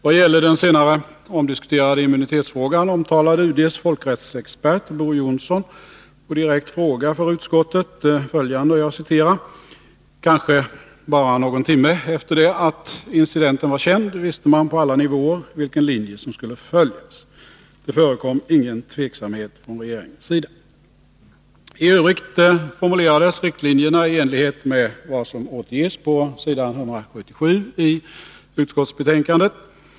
Vad gäller den senare omdiskuterade immunitetsfrågan omtalade UD:s folkrättsexpert, Bo Johnson, på direkt fråga för utskottet: ”Kanske bara någon timme efter det att incidenten var känd visste man på alla nivåer vilken linje som skulle följas. Det förekom ingen tveksamhet från regeringens sida.” Tövrigt formulerades riktlinjerna i enlighet med vad som återges på s. 177 i utskottsbetänkandet.